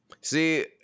see